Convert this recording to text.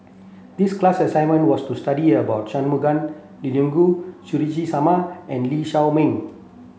the class assignment was to study about Shangguan Liuyun Suzairhe Sumari and Lee Shao Meng